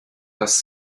dass